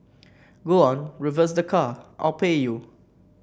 go on reverse the car I'll pay you